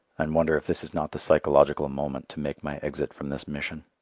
and wonder if this is not the psychological moment to make my exit from this mission.